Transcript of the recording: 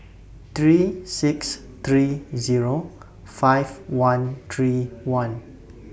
three six three Zero five one three one